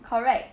correct